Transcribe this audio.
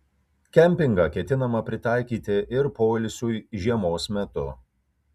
kempingą ketinama pritaikyti ir poilsiui žiemos metu